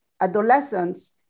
adolescents